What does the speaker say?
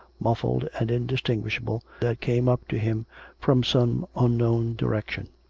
muffled and indistinguishable, that came up to him from some unknown direction.